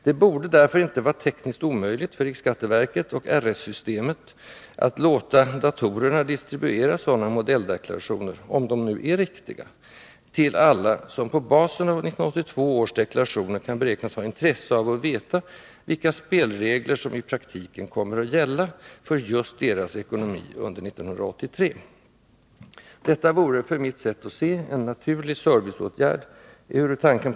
Det borde därför inte vara tekniskt omöjligt för riksskatteverket och RS-systemet att låta datorerna distribuera sådana modelldeklarationer— om de nu är riktiga — till alla som på basen av 1982 års deklarationer kan beräknas ha intresse av att veta vilka spelregler som i praktiken kommer att gälla för just deras ekonomi under år 1983. Detta vore, enligt mitt sätt att se, en naturligt serviceåtgärd — ehuru tanken.